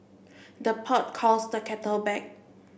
the pot calls the kettle black